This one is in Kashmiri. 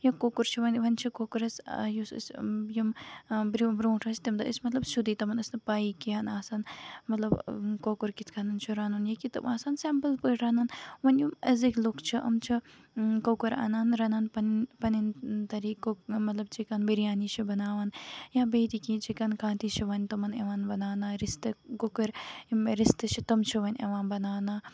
یا کۄکُر چھُ وۄنۍ وۄنۍ چھُ کۄکرَس یُس أسۍ یِم برونٛہہ برونٹھ ٲسۍ تَمہِ دۄہ ٲسۍ مطلب سیوٚدُے تِمن ٲسۍ نہٕ پَییہِ کیٚںہہ نہ آسان مطلب کۄکُر کِتھ کَنن چھُ رَنُن مطلب کہِ تِم آسان سمپٔل پٲٹھۍ رَنان وۄنھ یِم أزِکۍ لُکھ چھِ یِم چھِ کۄکُر انان رَنان پَنٕنۍ پَنٕنۍ طریٖقو مطلب چِکن بِریانی چھِ بَناوان یا بیٚیہِ تہِ کیٚنہہ چِکَن کانتی چھِ وۄنۍ تِمن یِوان بَناونہٕ رِستہٕ کۄکُر یِم رِستہٕ چھِ تٔمۍ چھِ وۄنۍ یِوان بَناونہٕ